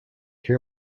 hear